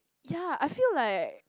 ya I feel like